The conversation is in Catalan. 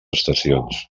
estacions